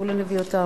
זבולון הביא אותם,